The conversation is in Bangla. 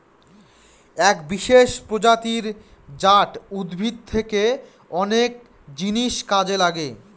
এক বিশেষ প্রজাতি জাট উদ্ভিদ থেকে অনেক জিনিস কাজে লাগে